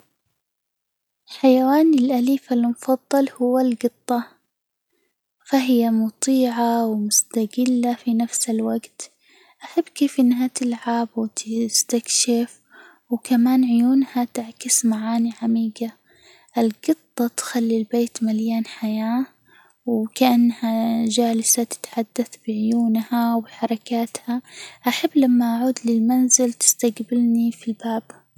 حيواني الأليف المفضل هو الجطة، فهي مطيعة ومستجلة في نفس الوجت، أحب فيها أنها تلعب وتستكشف، وكمان عيونها تعكس معاني عميجة، الجطة تخلي البيت مليان حياة، وكأنها جالسة تتحدث بعيونها وحركاتها، أحب لما أعود للمنزل تستجبلني في الباب.